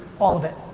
all of it.